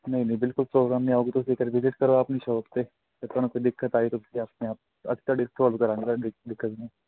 ਨਹੀਂ ਨਹੀਂ ਬਿਲਕੁਲ ਪ੍ਰੋਗਰਾਮ